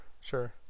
sure